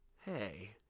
hey